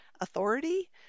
authority